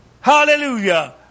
Hallelujah